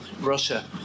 russia